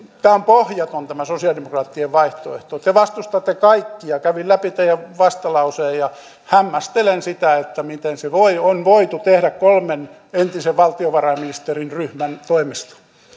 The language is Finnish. tämä on pohjaton tämä sosialidemokraattien vaihtoehto te vastustatte kaikkea kävin läpi teidän vastalauseenne ja hämmästelen sitä miten se on voitu tehdä kolmen entisen valtiovarainministerin ryhmän toimesta